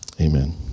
Amen